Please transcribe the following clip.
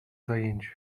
zajęciu